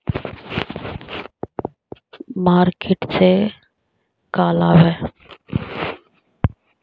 Market से का लाभ है?